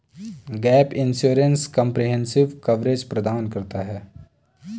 gap insurance comprehensive coverage प्रदान करता है